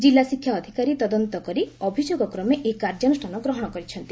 ଜିଲ୍ଲା ଶିକ୍ଷା ଅଧିକାରୀ ତଦନ୍ତ କରି ଅଭିଯୋଗକ୍ରମେ ଏହି କାଯ୍ୟାନୁଷ୍ଠାନ ଗ୍ରହଣ କରିଛନ୍ତି